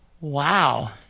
Wow